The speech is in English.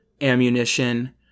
ammunition